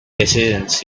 decisions